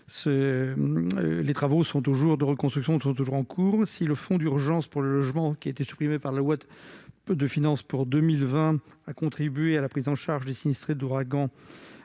les travaux de reconstruction sont toujours en cours. Si le fonds d'urgence pour le logement, supprimé par la loi de finances pour 2020, a contribué à la prise en charge des sinistrés de l'ouragan